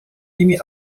emmy